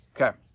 Okay